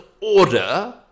Order